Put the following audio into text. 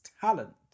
talent